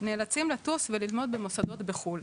נאלצים לטוס וללמוד במוסדות בחו"ל,